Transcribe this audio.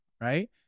right